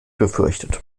befürchtet